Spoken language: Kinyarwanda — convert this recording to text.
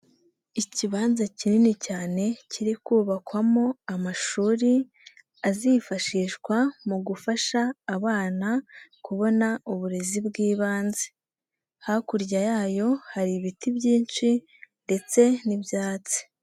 Ikibanza kinini cyane kiri kubakwamo amashuri azifashishwa mu gufasha abana kubona uburezi bw'ibanze, hakurya yayo hari ibiti byinshi ndetse n'ibyatsi.